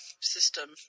system